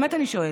באמת אני שואלת.